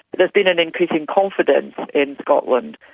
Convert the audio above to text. there's been an increase in confidence in scotland,